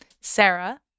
Sarah